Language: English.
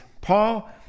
Paul